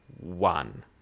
One